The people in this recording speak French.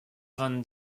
van